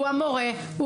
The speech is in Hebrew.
הוא המורה,